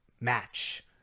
match